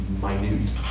minute